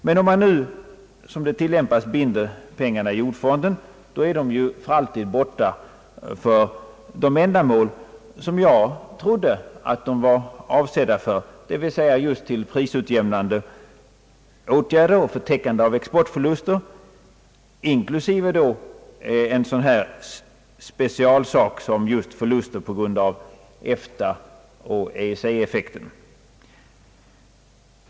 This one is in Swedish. Men om man, som det nu tillämpas, binder pengarna i jordfonden, är de ju för alltid borta för det ändamål som jag trodde att de var avsedda för, dvs. just för prisutjämnande åtgärder och för täckande av exportförluster — inklusive en sådan specialpost som förluster på grund av EFTA och EEC-effekter.